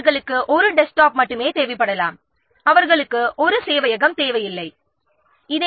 அவர்களுக்கு டெஸ்க்டாப் மட்டுமே தேவைப்படலாம் அவர்களுக்கு சேவையகம் தேவையில்லாமல் இருக்கலாம்